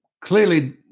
clearly